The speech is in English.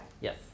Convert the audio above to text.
Yes